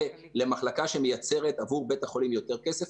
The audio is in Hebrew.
למחלקה שמייצרת עבור בית החולים יותר כסף,